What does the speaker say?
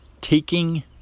taking